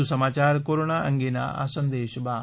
વધુ સમાચાર કોરોના અંગેના આ સંદેશ બાદ